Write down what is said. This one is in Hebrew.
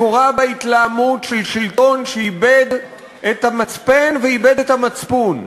מקורה בהתלהמות של שלטון שאיבד את המצפן ואיבד את המצפון,